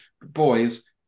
boys